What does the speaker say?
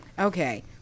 Okay